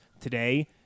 today